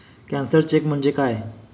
Cancelled cheque म्हणजे काय?